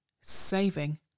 saving